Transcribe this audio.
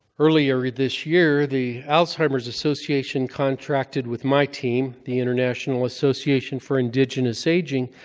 earlier this year, the alzheimer's association contracted with my team, the international association for indigenous aging,